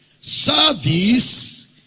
Service